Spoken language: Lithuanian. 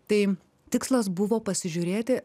tai tikslas buvo pasižiūrėti